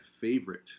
favorite